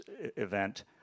event